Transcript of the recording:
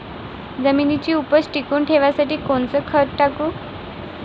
जमिनीची उपज टिकून ठेवासाठी कोनचं खत टाकू?